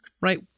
right